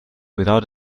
without